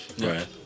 Right